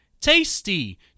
tasty